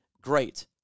great